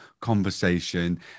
conversation